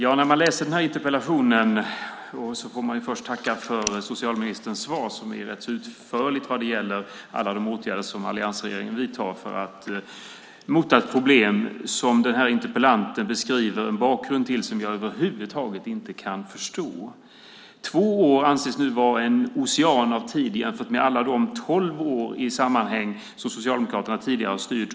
Herr talman! Man får först tacka för socialministerns svar. Det är rätt så utförligt vad gäller alla de åtgärder som alliansregeringen vidtar för att mota ett problem som interpellanten beskriver en bakgrund till. Det är en bakgrund som jag över huvud taget inte kan förstå. Två år anses nu vara en ocean av tid jämfört med alla de tolv sammanhängande år som Socialdemokraterna tidigare har styrt.